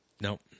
Nope